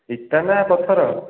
ଇଟା ନା ପଥର